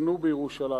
ותבנו בירושלים.